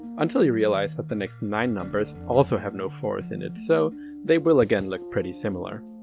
until you realize that the next nine numbers also have no four s in it, so they will again look pretty similar.